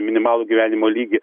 minimalų gyvenimo lygį